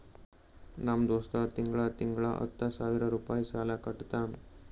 ನಮ್ ದೋಸ್ತ ತಿಂಗಳಾ ತಿಂಗಳಾ ಹತ್ತ ಸಾವಿರ್ ರುಪಾಯಿ ಸಾಲಾ ಕಟ್ಟತಾನ್